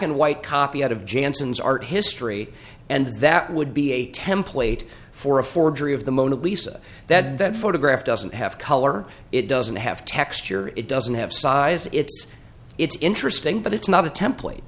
and white copy out of janson's art history and that would be a template for a forgery of the mona lisa that that photograph doesn't have color it doesn't have texture it doesn't have size it's it's interesting but it's not a template